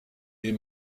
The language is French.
est